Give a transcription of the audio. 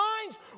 minds